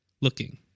looking